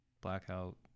blackout